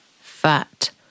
fat